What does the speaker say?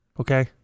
Okay